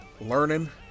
learning